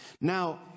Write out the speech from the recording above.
Now